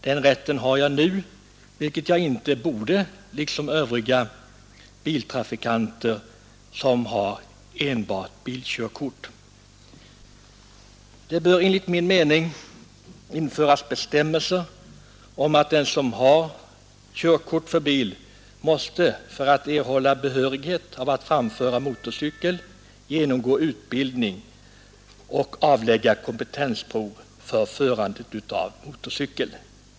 Den rätten har jag emellertid nu, vilket jag inte borde ha — och det borde inte heller övriga biltrafikanter ha som bara har bilkörkort. Det bör enligt min mening införas bestämmelser om att den som har körkort för bil måste för att erhålla behörighet att framföra motorcykel genomgå utbildning och avlägga kompetensprov för förande av motorcykel.